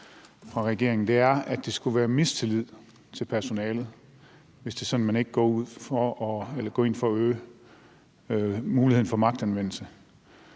svært med, og det er, at det skulle være udtryk for mistillid til personalet, hvis det er sådan, at man ikke går ind for at øge muligheden for magtanvendelse.